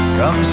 Come